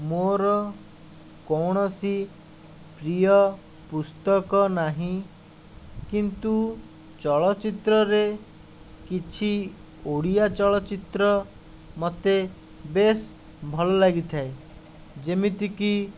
ମୋର କୌଣସି ପ୍ରିୟ ପୁସ୍ତକ ନାହିଁ କିନ୍ତୁ ଚଳଚିତ୍ରରେ କିଛି ଓଡ଼ିଆ ଚଳଚ୍ଚିତ୍ର ମୋତେ ବେଶ ଭଲ ଲାଗିଥାଏ ଯେମିତିକି